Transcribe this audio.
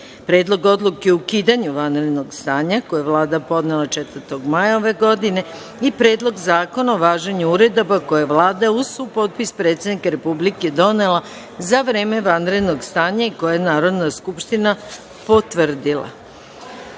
Predlog odluke o ukidanju vanrednog stanja, koju je podnela Vlada, 4. maja 2020. godine i2. Predlog zakona o važenju uredaba koje je Vlada uz supotpis predsednika Republike donela za vreme vanrednog stanja i koje je Narodna skupština potvrdila. Predložila